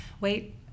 wait